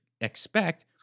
expect